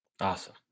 Awesome